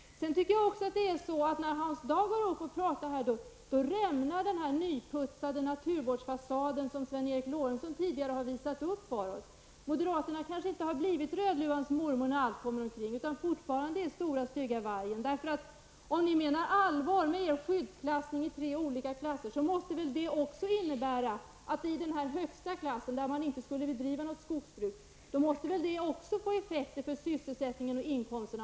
När Hans Dau nu talar här rämnar den nyputsade naturvårdsfasad som Sven Eric Lorentzon tidigare har visat upp för oss. Moderaterna kanske inte har blivit Rödluvans mormor när allt kommer omkring, utan man är fortfarande stora stygga vargen. Om moderaterna menar allvar med en skyddsklassning i tre olika klasser, måste det väl också innebära att det i högsta klassen där inte något skogsbruk skall bedrivas blir effekter för sysselsättningen och inkomsterna?